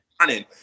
running